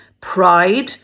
pride